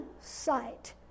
sight